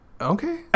Okay